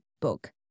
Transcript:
book